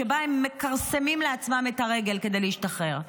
שבה הם מכרסמים לעצמם את הרגל כדי להשתחרר.